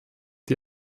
die